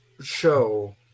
show